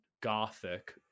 gothic